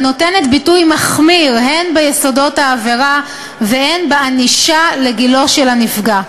הנותנת ביטוי מחמיר הן ביסודות העבירה והן בענישה לגילו של הנפגע.